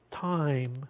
time